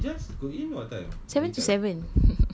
ya seven to seven